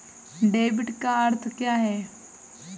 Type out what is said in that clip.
Debit का अर्थ क्या है?